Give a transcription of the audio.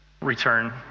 return